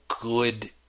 good